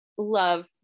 Love